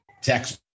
text